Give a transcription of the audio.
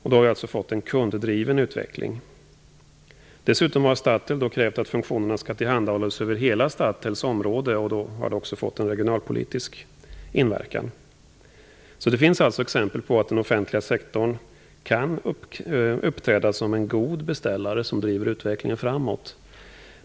Vi har därigenom fått en kunddriven utveckling. Dessutom har Stattel sagt att fuktionerna skall tillhandahållas inom hela Stattels område, och då har det också fått en regionalpolitisk inverkan. Det finns alltså exempel på att den offentliga sektorn kan uppträda som en god beställare som driver utvecklingen framåt.